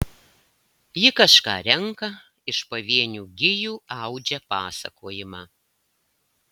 ji kažką renka iš pavienių gijų audžia pasakojimą